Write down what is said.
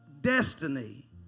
destiny